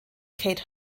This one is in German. kate